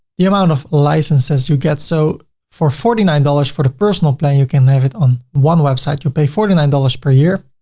the amount of licenses you get. so for forty nine dollars for the personal plan, you can have it on one website, you pay forty nine dollars per year.